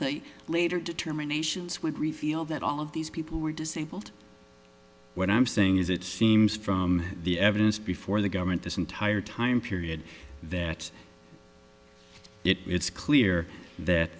they later determinations would reveal that all of these people were disabled what i'm saying is it seems from the evidence before the government this entire time period that it's clear that